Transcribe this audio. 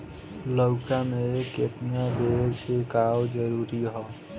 लउका में केतना बेर छिड़काव जरूरी ह?